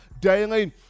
daily